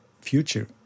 future